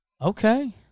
Okay